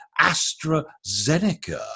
AstraZeneca